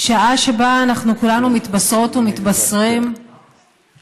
שעה שבה אנחנו כולנו מתבשרות ומתבשרים שהמשטרה,